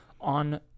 On